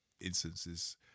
instances